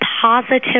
positive